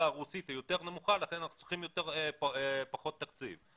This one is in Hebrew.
הרוסית היא יותר נמוכה לכן אנחנו צריכים פחות תקציב.